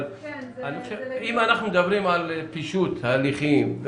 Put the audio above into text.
אבל אם אנחנו מדברים על פישוט הליכים.